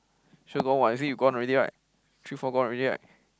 sure gone [what] you see you gone already right three four gone already right